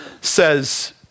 says